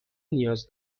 نیاز